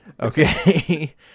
Okay